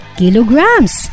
kilograms